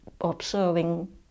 observing